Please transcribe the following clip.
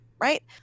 right